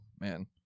man